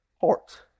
heart